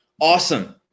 Awesome